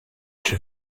czy